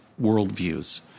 worldviews